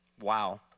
Wow